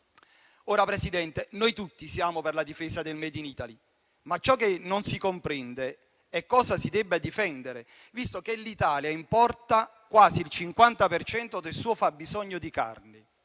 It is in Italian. Presidente, noi tutti siamo per la difesa del *made in Italy*, ma ciò che non si comprende è cosa si debba difendere, visto che l'Italia importa quasi il 50 per cento del suo fabbisogno di carne.